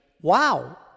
Wow